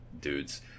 dudes